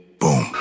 boom